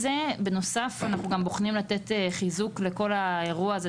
בנוסף אנחנו בוחנים גם מתן חיזוק לכל האירוע הזה,